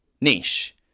niche